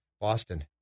Boston